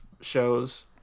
shows